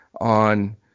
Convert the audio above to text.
on